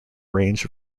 range